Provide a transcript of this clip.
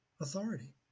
authority